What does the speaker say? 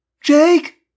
Jake